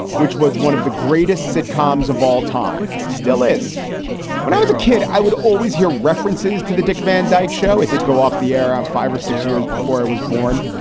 which was one of the greatest sitcoms of all time. still is when i was a kid, i would always hear references to the dick van dyke show. it did go off the air on five or six years before i was born.